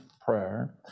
prayer